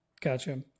gotcha